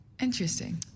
Interesting